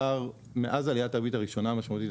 מאז עליית הריבית הראשונה המשמעותית,